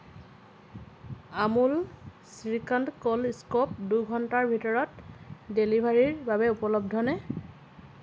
Amul shrikhand cold scoop দুই ঘণ্টাৰ ভিতৰত ডেলিভাৰীৰ বাবে উপলব্ধ নে